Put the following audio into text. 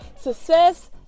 Success